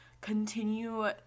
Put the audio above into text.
continue